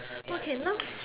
okay now